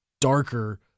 darker